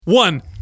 One